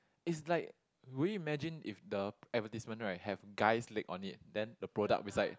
is like would you imagine if the advertisement right have guys leg on it then the product beside